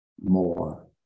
more